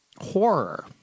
horror